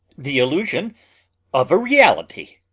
the illusion of a reality.